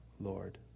Lord